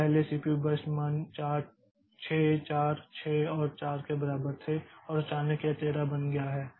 तो पहले CPU burst मान 6 4 6 और 4 के बराबर थे और अचानक यह 13 बन गया है